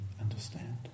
understand